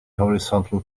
horizontal